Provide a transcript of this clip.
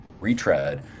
retread